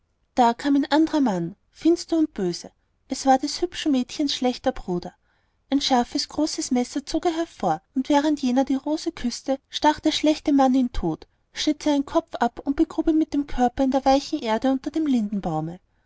da kam ein anderer mann finster und böse es war des hübschen mädchens schlechter bruder ein scharfes und großes messer zog er hervor und während jener die rose küßte stach der schlechte mann ihn tot schnitt seinen kopf ab und begrub ihn mit dem körper in der weichen erde unter dem lindenbaume